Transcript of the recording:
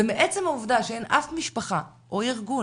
ומעצם העובדה שאין אף משפחה או ארגון,